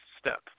step